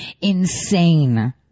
insane